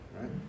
right